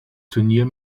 turnier